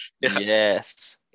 yes